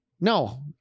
no